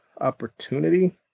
opportunity